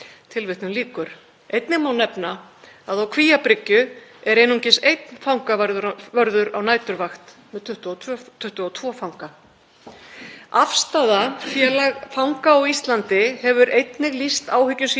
Afstaða, félag fanga á Íslandi, hefur einnig lýst áhyggjum sínum af öryggi og aðbúnaði í fangelsunum á Íslandi og sendi dómsmálaráðuneytinu og Fangelsismálastofnun einnig erindi í janúar.